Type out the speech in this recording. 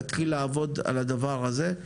להתחיל לעבוד על הדבר הזה,